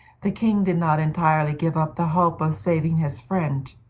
the king did not entirely give up the hope of saving his friend,